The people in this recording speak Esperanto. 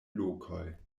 lokoj